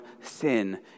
sin